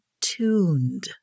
tuned